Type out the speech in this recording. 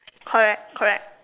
correct correct